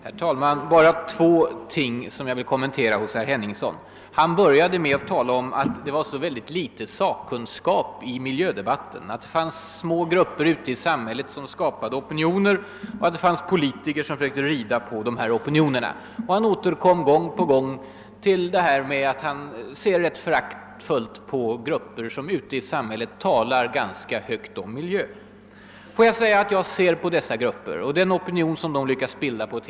Herr talman! Jag vill kommentera två frågor som herr Hennningsson tog upp. Han påstod inledningsvis att det är mycket litet av sakkunskap representerad i miljödebatten. Det skulle bara finnas små grupper ute i samhället, som skapar opinioner, och vissa politiker skulle försöka rida på dem. Han framhöll gång på gång att han ser ganska föraktfullt på grupper som i samhället talar högt om olika miljöförhållanden. Jag uppfattar dessa »grupper» på ett helt annat sätt.